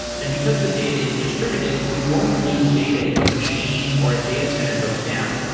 and because the data is distributed, you won't lose data if a machine or a data center goes down.